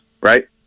right